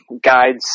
guides